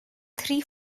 three